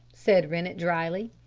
said rennett dryly.